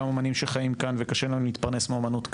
גם אומנים שחיים כאן וקשה להם להתפרנס מאומנות כאן,